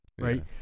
right